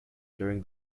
during